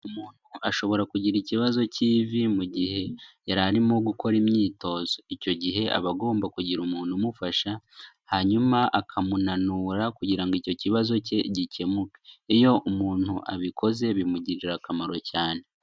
Umuntu ashobora kugira ikibazo cy'ivi mu gihe yari arimo gukora imyitozo, icyo gihe aba agomba kugira umuntu umufasha hanyuma akamunura kugira ngo icyo kibazo cye gikemuke, iyo umuntu abikoze bimugirira akamaro cyane.